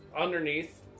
underneath